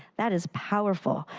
that is powerful.